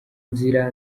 inzira